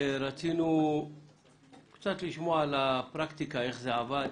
רצינו קצת לשמוע על הפרקטיקה איך זה עבד,